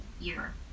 year